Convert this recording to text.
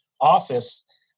office